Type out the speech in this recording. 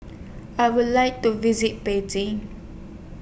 I Would like to visit Beijing